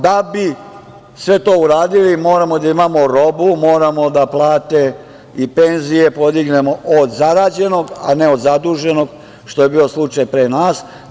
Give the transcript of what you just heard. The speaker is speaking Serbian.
Da bi sve to uradili moramo da imamo robu, moramo da plate i penzije podignemo od zarađenog, a ne od zaduženog, što je bio slučaj pre nas.